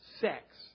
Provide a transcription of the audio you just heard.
Sex